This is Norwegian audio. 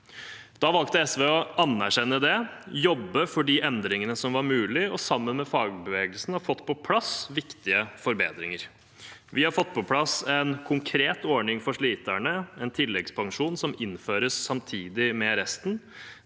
Da valgte SV å anerkjenne det og jobbe for de endringene som var mulige, og sammen med fagbevegelsen har SV fått på plass viktige forbedringer. Vi har fått på plass en konkret ordning for sliterne, en tilleggspensjon som innføres samtidig med resten.